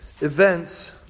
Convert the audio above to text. events